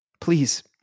please